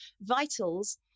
VITALS